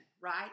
right